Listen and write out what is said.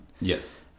Yes